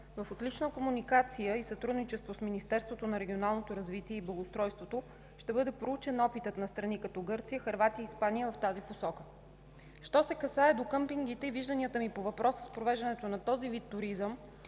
в отлична комуникация и сътрудничество с Министерството на регионалното развитие и благоустройството ще бъде проучен опитът на страни като Гърция, Хърватия и Испания в тази посока. Що се касае до къмпингите и вижданията ми по въпроса за провеждането на този вид туризъм,